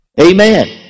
Amen